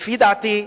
לפי דעתי,